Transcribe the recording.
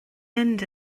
mynd